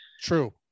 True